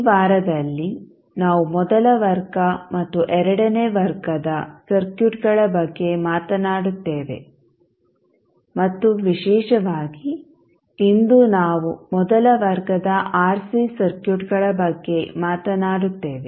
ಈ ವಾರದಲ್ಲಿ ನಾವು ಮೊದಲ ವರ್ಗ ಮತ್ತು ಎರಡನೇ ವರ್ಗದ ಸರ್ಕ್ಯೂಟ್ಗಳ ಬಗ್ಗೆ ಮಾತನಾಡುತ್ತೇವೆ ಮತ್ತು ವಿಶೇಷವಾಗಿ ಇಂದು ನಾವು ಮೊದಲ ವರ್ಗದ ಆರ್ ಸಿ ಸರ್ಕ್ಯೂಟ್ಗಳ ಬಗ್ಗೆ ಮಾತನಾಡುತ್ತೇವೆ